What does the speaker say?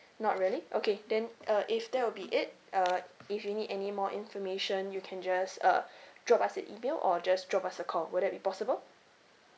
not really okay then uh if that will be it uh if you need any more information you can just uh drop us an email or just drop us a call would that be possible